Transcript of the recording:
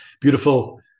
beautiful